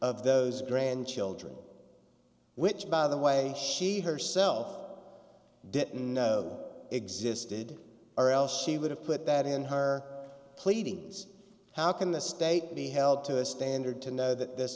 of those grandchildren which by the way she herself didn't know existed or else she would have put that in her pleadings how can the state be held to a standard to know that this